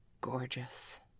gorgeous